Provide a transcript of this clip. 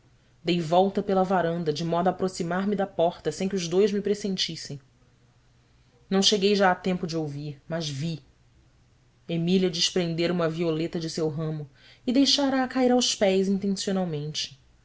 dei volta pela varanda de modo a aproximar me da porta sem que os dois me pressentissem não cheguei já a tempo de ouvir mas vi emília desprendera uma violeta de seu ramo e deixara a cair aos pés intencionalmente